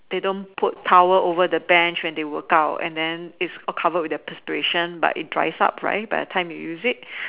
they don't put towel over the Bench when they work out and then it's all covered with their perspiration but it dries up right by the time you use it